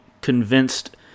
convinced